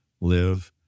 live